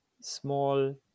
small